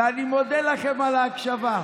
ואני מודה לכם על ההקשבה.